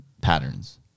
patterns